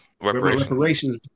Reparations